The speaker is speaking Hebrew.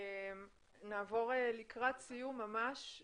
נעבור לקראת סיום ממש,